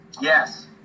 Yes